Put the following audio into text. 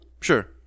Sure